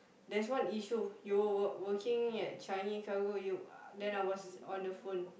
there's one issue you were working at Changi cargo you uh then I was on the phone